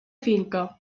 finca